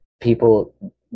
people